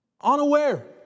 unaware